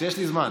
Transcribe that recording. כשיש לי זמן.